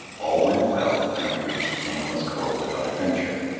all went well, and we reached nameless cove without adventure,